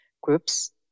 groups